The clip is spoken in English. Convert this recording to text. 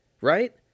Right